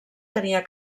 tenia